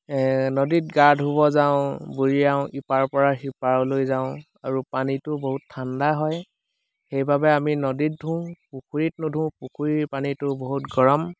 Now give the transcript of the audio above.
এৱনদীত গা ধুব যাওঁ বুৰিয়াওঁ ইপাৰৰ পৰা সিপাৰলৈ যাওঁ আৰু পানীটো বহুত ঠাণ্ডা হয় সেইবাবে আমি নদীত ধুওঁ পুখুৰীত নোধুওঁ পুখুৰীৰ পানীটো বহুত গৰম